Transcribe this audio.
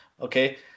Okay